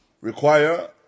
require